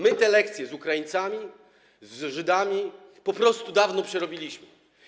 My te lekcje z Ukraińcami, z Żydami po prostu dawno przerobiliśmy.